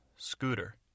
Scooter